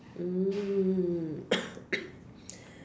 mm